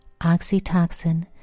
oxytocin